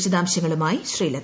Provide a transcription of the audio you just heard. വിശദാംശങ്ങളുമായി ശ്രീലത